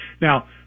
Now